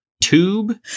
tube